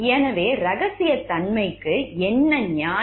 எனவே ரகசியத்தன்மைக்கு என்ன நியாயம்